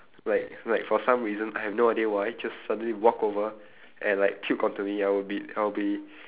like like for some reason I have no idea why just suddenly walk over and like puke onto me ya I would be I would be